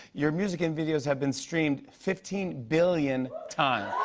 your music and videos have been streamed fifteen billion times.